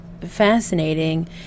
fascinating